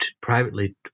privately